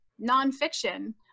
nonfiction